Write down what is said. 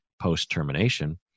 post-termination